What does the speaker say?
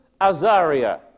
Azaria